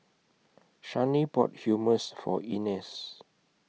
Shani bought Hummus For Ines